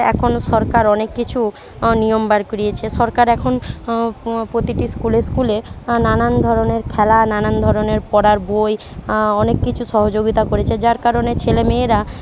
এখন সরকার অনেক কিছু নিয়ম বার করিয়েছে সরকার এখন প্রতিটি স্কুলে স্কুলে নানান ধরনের খেলা নানান ধরনের পড়ার বই অনেক কিছু সহযোগিতা করেছে যার কারণে ছেলেমেয়েরা